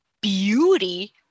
beauty